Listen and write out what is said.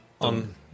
on